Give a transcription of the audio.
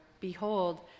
Behold